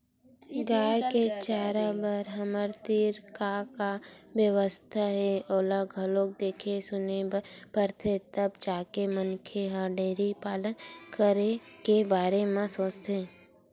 गाय के चारा बर हमर तीर का का बेवस्था हे ओला घलोक देखे सुने बर परथे तब जाके मनखे ह डेयरी पालन करे के बारे म सोचथे